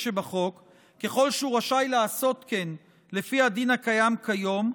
שבחוק ככל שהוא רשאי לעשות כן לפי הדין הקיים כיום,